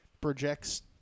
projects